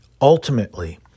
Ultimately